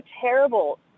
terrible